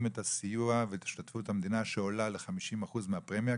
את הסיוע ואת השתתפות המדינה שעולה ל-50% מהפרמיה,